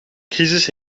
crisis